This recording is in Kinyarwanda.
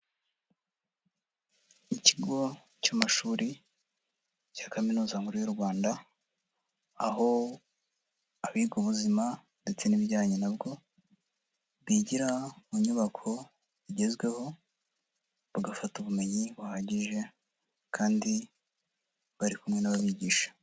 Ikigo cy'amashuri cya Kaminuza nkuru y'u Rwanda aho abiga ubuzima ndetse n'ibijyanye na bwo bigira mu nyubako zigezweho bagafata ubumenyi buhagije kandi bari kumwe n'ababigisha.